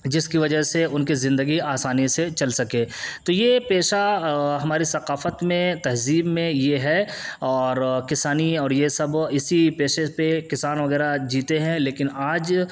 جس کی وجہ سے ان کی زندگی آسانی سے چل سکے تو یہ پیشہ ہماری ثقافت میں تہذیب میں یہ ہے اور کسانی اور یہ سب اسی پیشے پہ کسان وغیرہ آج جیتے ہیں لیکن آج